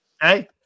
Hey